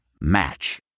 Match